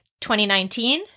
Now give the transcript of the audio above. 2019